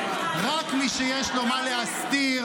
רק מי שיש לו מה להסתיר,